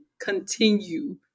continue